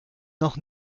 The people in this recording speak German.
noch